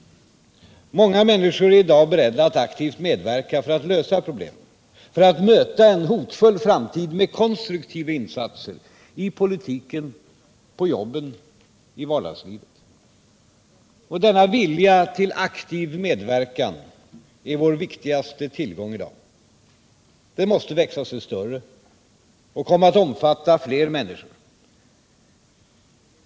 Många människor är i dag beredda att aktivt medverka för att lösa problemen, för att möta en hotfull framtid med konstruktiva insatser i politiken, på jobben, i vardagslivet. Denna vilja till aktiv medverkan är vår viktigaste tillgång i dag. Den måste växa sig än större och komma att omfatta fler människor.